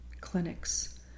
clinics